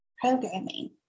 programming